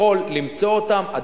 יכול למצוא אותם.